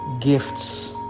gifts